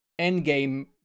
Endgame